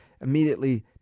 immediately